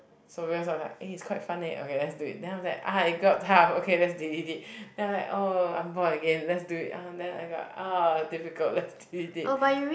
so because I was like eh it's quite fun eh okay let's do it then I was like ah it got tough okay let's delete it then I was like oh I'm bored again let's do it ah then I got ah difficult let's delete it